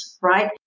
right